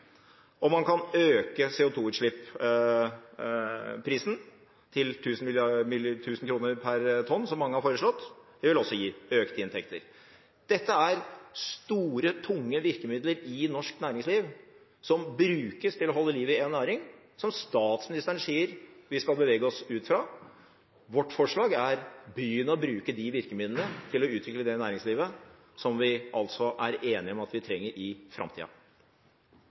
Man kan øke prisen på CO2-utslipp til 1 000 kr. per tonn, som mange har foreslått. Det vil også gi økte inntekter. Dette er store, tunge virkemidler i norsk næringsliv som brukes til å holde liv i en næring som statsministeren sier vi skal bevege oss ut av. Vårt forslag er å begynne å bruke disse virkemidlene til å utvikle det næringslivet som vi er enige om at vi trenger i framtida.